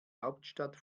hauptstadt